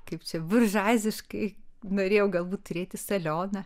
kaip čia bužuaziškai norėjau galbūt turėti salioną